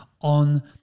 on